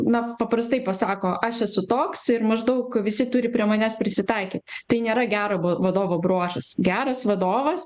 na paprastai pasako aš esu toks ir maždaug visi turi prie manęs prisitaikyt tai nėra gero va vadovo bruožas geras vadovas